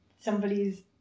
somebody's